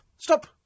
stop